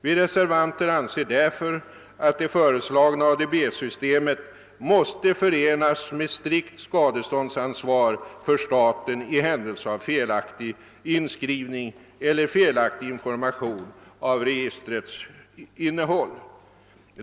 Vi reservanter anser därför att det föreslagna ADB-systemet måste förenas med strikt skadeståndsansvar för staten i händelse av felaktig inskrivning eller felaktig information av registrets innehåll.